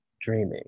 dreaming